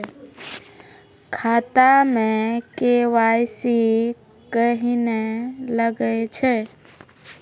खाता मे के.वाई.सी कहिने लगय छै?